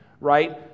right